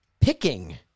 picking